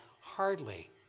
hardly